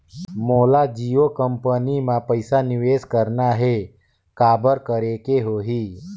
मोला जियो कंपनी मां पइसा निवेश करना हे, काबर करेके होही?